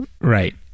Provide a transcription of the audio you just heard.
right